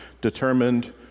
determined